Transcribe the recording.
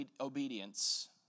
obedience